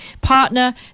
partner